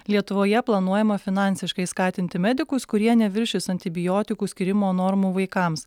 lietuvoje planuojama finansiškai skatinti medikus kurie neviršys antibiotikų skyrimo normų vaikams